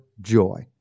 joy